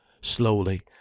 Slowly